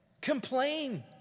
Complain